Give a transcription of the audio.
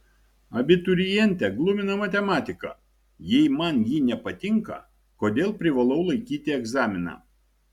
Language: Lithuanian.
abiturientę glumina matematika jei man ji nepatinka kodėl privalau laikyti egzaminą